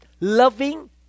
loving